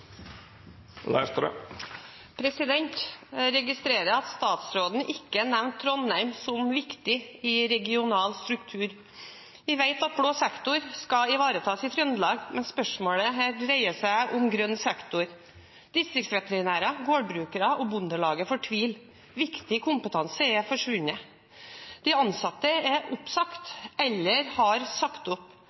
Jeg registrerer at statsråden ikke nevnte Trondheim som viktig i regional struktur. Vi vet at blå sektor skal ivaretas i Trøndelag, men spørsmålet her dreier seg om grønn sektor. Distriktsveterinærer, gårdbrukere og Bondelaget fortviler. Viktig kompetanse er forsvunnet. De ansatte er oppsagt eller har sagt opp,